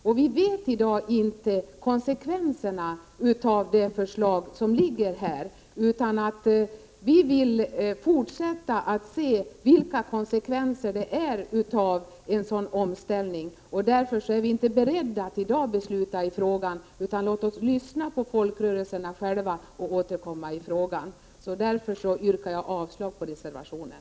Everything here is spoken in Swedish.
I dag vet vi inte vad det blir för konsekvenser av det förslag som ligger här nu. Vi vill se vilka konsekvenserna av en sådan omställning blir. Därför är vi inte beredda att i dag besluta i frågan. Låt oss lyssna på folkrörelserna själva och sedan återkomma till denna sak. Det är därför jag yrkar avslag på reservationen.